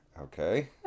Okay